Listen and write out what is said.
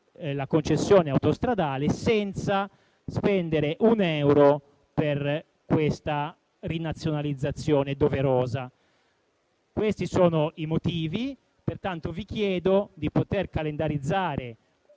la concessione autostradale senza spendere un euro per una rinazionalizzazione doverosa. Questi sono i motivi per i quali vi chiedo di poter calendarizzare